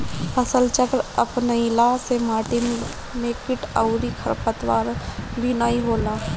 फसलचक्र अपनईला से माटी में किट अउरी खरपतवार भी नाई होला